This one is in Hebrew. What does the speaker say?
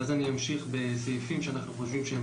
ואז אני אמשיך בסעיפים שאנחנו חושבים שהם